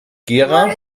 gera